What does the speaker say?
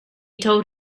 told